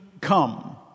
come